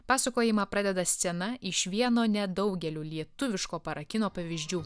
pasakojimą pradeda scena iš vieno nedaugelių lietuviško para kino pavyzdžių